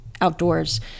outdoors